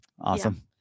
awesome